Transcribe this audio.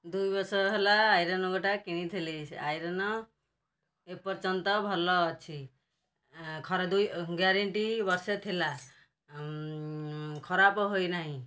ଦୁଇ ବର୍ଷ ହେଲା ଆଇରନ୍ ଗୋଟା କିଣିଥିଲି ଆଇରନ୍ ଏପର୍ଯ୍ୟନ୍ତ ଭଲ ଅଛି ଖରା ଦୁଇ ଗ୍ୟାରେଣ୍ଟି ବର୍ଷେ ଥିଲା ଖରାପ ହୋଇନାହିଁ